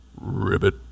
ribbit